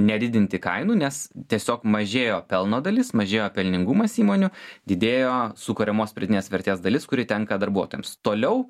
nedidinti kainų nes tiesiog mažėjo pelno dalis mažėjo pelningumas įmonių didėjo sukuriamos pridėtinės vertės dalis kuri tenka darbuotojams toliau